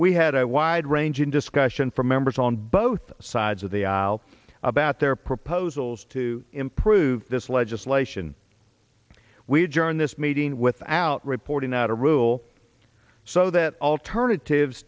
we had a wide ranging discussion from members on both sides of the aisle about their proposals to improve this legislation we join this meeting without reporting out a rule so that alternatives